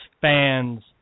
fans